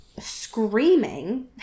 screaming